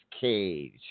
Cage